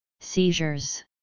Seizures